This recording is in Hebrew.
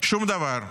שום דבר,